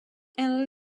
and